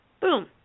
Boom